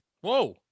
Whoa